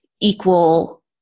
equal